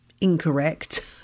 incorrect